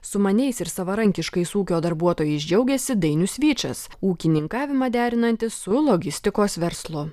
sumaniais ir savarankiškais ūkio darbuotojais džiaugėsi dainius vyčas ūkininkavimą derinantis su logistikos verslu